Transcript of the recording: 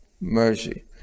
Mercy